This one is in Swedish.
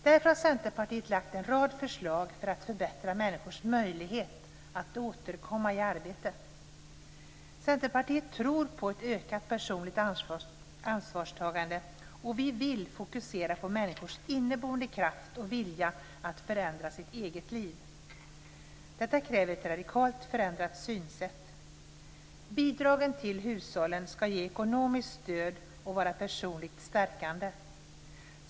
Därför har Centerpartiet lagt fram en rad förslag för att förbättra människors möjlighet att återkomma i arbete. Centerpartiet tror på ett ökat personligt ansvarstagande, och vi vill fokusera på människors inneboende kraft och vilja att förändra sitt eget liv. Detta kräver ett radikalt förändrat synsätt. Bidragen till hushållen ska ge ekonomiskt stöd och vara personligt stärkande.